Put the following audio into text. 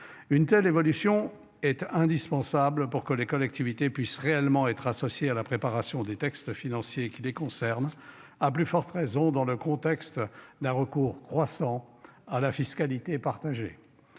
Une telle évolution est indispensable pour que les collectivités puissent réellement être associé à la préparation des textes financiers qui les concernent. À plus forte raison dans le contexte d'un recours croissant à la fiscalité partagée.